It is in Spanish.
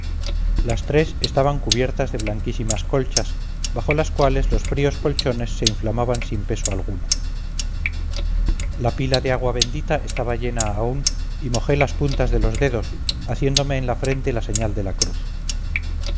las tres estaban cubiertas de blanquísimas colchas bajo las cuales los fríos colchones se inflamaban sin peso alguno la pila de agua bendita estaba llena aún y mojé las puntas de los dedos haciéndome en la frente la señal de la cruz